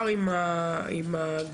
וזה דבר